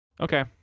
Okay